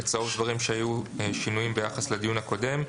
ובצהוב דברים שהיו בהם שינויים ביחד לדיון הקודם.